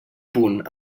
punt